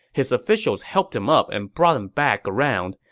his officials helped him up and brought him back around,